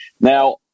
Now